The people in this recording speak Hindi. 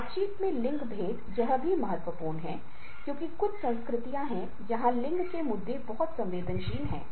इसके परिणामस्वरूप रात की नौकरियां और शाम की नौकरियां भी बढ़ रही हैं